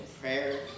prayer